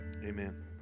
Amen